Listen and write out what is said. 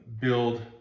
build